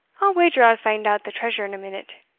i'll wager i'll find out the treasure in a minute